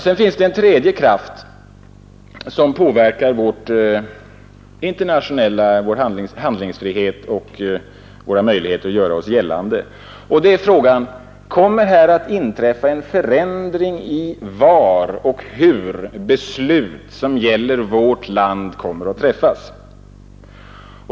Det finns också en tredje kraft som påverkar vår handlingsfrihet och våra möjligheter att göra oss gällande. Jag tänker på möjligheten att det inträffar en förändring i var och hur beslut som gäller vårt land kommer att fattas.